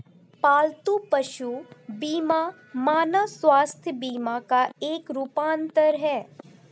पालतू पशु बीमा मानव स्वास्थ्य बीमा का एक रूपांतर है